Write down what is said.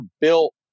built